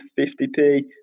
50p